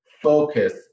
focus